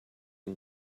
and